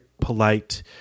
polite